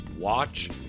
watch